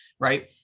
right